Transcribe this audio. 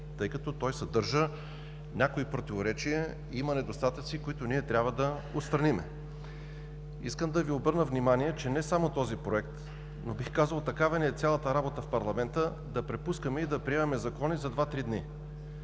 тъй като съдържа някои противоречия и има недостатъци, които трябва да отстраним. Искам да Ви обърна внимание, че не само този Проект, бих казал, такава ни е цялата работа в парламента – да препускаме и да приемаме закони за два-три дни.